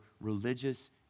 religious